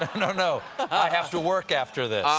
no, no, i have to work after this.